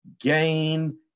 gain